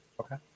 Okay